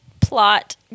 plot